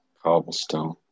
Cobblestone